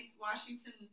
Washington